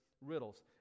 riddles